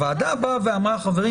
הוועדה אמרה: חברים,